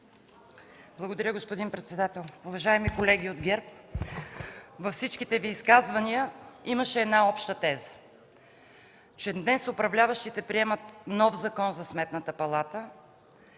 Благодаря, господин председател. Уважаеми колеги от ГЕРБ, във всичките Ви изказвания имаше една обща теза – днес управляващите приемат нов Закон за Сметната палата,